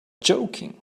joking